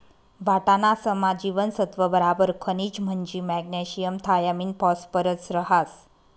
वाटाणासमा जीवनसत्त्व बराबर खनिज म्हंजी मॅग्नेशियम थायामिन फॉस्फरस रहास